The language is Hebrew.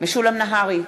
משולם נהרי,